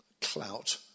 clout